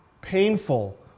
painful